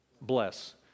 bless